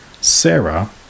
Sarah